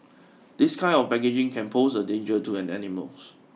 this kind of packaging can pose a danger to an animals